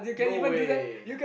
no way